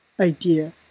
idea